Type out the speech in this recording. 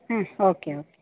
ಹ್ಞೂ okay okay